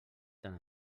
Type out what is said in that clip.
tant